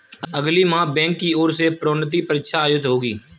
अगले माह बैंक की ओर से प्रोन्नति परीक्षा आयोजित होगी